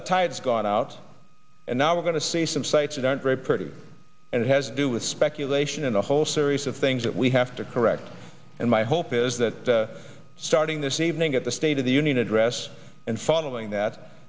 tides gone out and now we're going to see some sites that aren't very pretty and it has to do with speculation and a whole series of things that we have to correct and my hope is that starting this evening at the state of the union address and following that